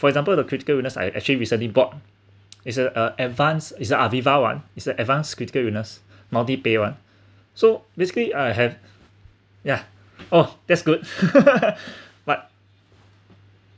for example the critical illness I actually recently bought is a uh advanced is a AVIVA [one] is a advance critical illness multi-pay one so basically I have yeah oh that's good but